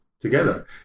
together